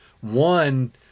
One